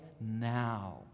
now